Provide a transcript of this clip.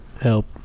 help